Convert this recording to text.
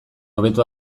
hobeto